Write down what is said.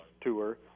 tour